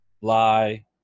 lie